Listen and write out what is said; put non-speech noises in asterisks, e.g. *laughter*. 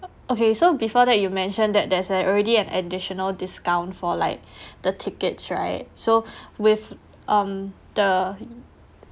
okay so before that you mentioned that there's an already an additional discount for like *breath* the tickets right so *breath* with um the